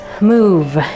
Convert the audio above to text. move